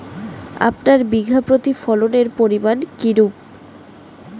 আপনার বিঘা প্রতি ফলনের পরিমান কীরূপ?